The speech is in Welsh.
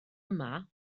yma